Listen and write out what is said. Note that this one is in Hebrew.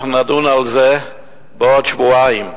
אנחנו נדון על זה בעוד שבועיים,